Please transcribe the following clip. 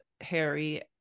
Harry